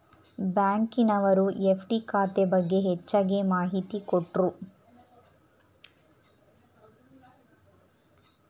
ಬ್ಯಾಂಕಿನವರು ಎಫ್.ಡಿ ಖಾತೆ ಬಗ್ಗೆ ಹೆಚ್ಚಗೆ ಮಾಹಿತಿ ಕೊಟ್ರು